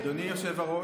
אדוני היושב-ראש,